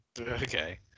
Okay